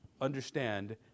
understand